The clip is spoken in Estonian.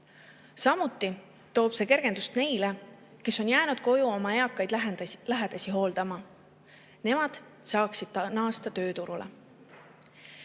Samuti toob see kergendust neile, kes on jäänud koju oma eakaid lähedasi hooldama. Nemad saaksid naasta tööturule.